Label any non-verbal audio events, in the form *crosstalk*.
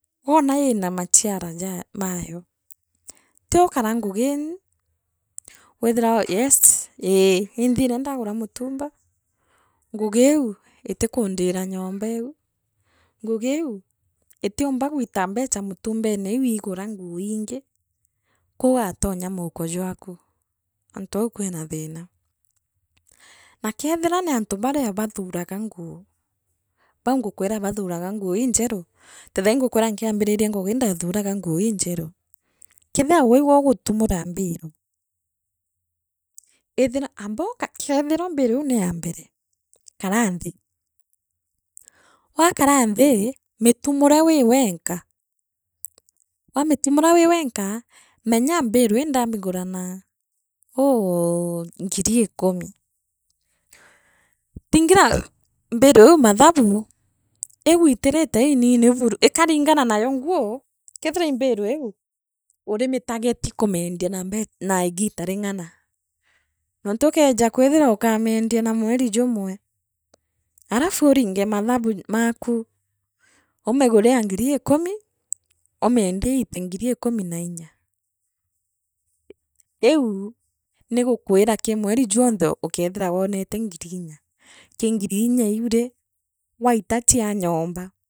Woona iina machiara ja mayo, tiakara ngugine *hesitation* withira yes ii inthire ndagura mutumba ngugi iu itikundiira nyombeu ngugi iu itiumba gwila mbecha mitumbene iu igura nguu ingi koogatonya mauko jwaku antu au kwina thina na kathira ni antu baria bathuraga nguu bau ngukwira bathuraga nguu iinjeru ta thaii ngukwira nkianjiriria ngugi ndathuraga nguu injeru kethira mbilu ilu niya mbere kara nthi, *hesitation* wakara nthi mitumure wii wenka wamitumura wii wenka menya mbilu ii ndamigura naa *hesitation* uu ngiri ikumi riingira *hesitation* mbilu iu mathabu igwitirite iinini buru ikaringana nayo nguu keethira ii mbiru iu ulimitageti kumiendia na mbe na igiita ring’ana, nontu ukeeja kwithira ukamiendia na mweri jumwe, alafu uringe mathabu maaku, umigure aa ngiri ikumi wamiendia iite ngiri ikumi nainya. Iu nigukwira kii mweri junthe ukeethira woonete ngiri innya kii ngiri inya iu ri waita chia nyomba.